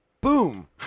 boom